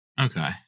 Okay